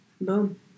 Boom